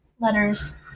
letters